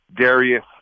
Darius